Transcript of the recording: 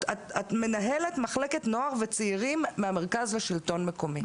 את מנהלת מחלקת נוער וצעירים מהמרכז לשלטון מקומי.